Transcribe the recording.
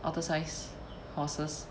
otter size horses